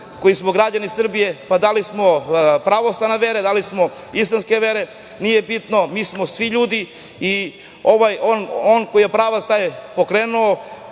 koji smo građani Srbije, pa da li smo pravoslavne vere, da li smo islamske vere, nije bitno, mi smo svi ljudi i on koji je pokrenuo